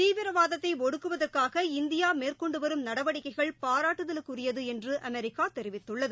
தீவிரவாதத்தை ஒடுக்குவதற்காக இந்தியா மேற்கொண்டு வரும் நடவடிக்கைகள் பாரட்டுதலுக்குரியது என்று அமெரிக்கா தெரிவித்துள்ளது